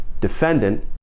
defendant